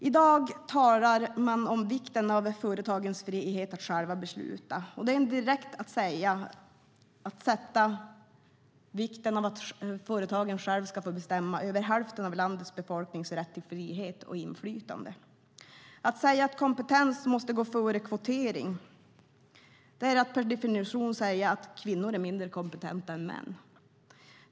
I dag talar man om vikten av företagens frihet att själva besluta, och det är att direkt säga att det handlar om vikten av att företagen själva ska få bestämma över hälften av landets befolknings rätt till frihet och inflytande. Att säga att kompetens måste gå före kvotering är att per definition säga att kvinnor är mindre kompetenta än män.